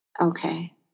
Okay